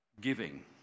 Giving